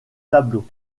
tableau